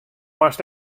moatst